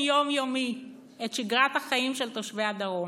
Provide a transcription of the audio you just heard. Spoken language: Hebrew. יום-יומי את שגרת החיים של תושבי הדרום.